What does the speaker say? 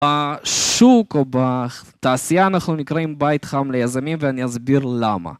בשוק או בתעשייה אנחנו נקראים בית חם ליזמים ואני אסביר למה.